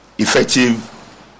effective